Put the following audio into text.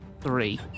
three